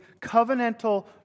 covenantal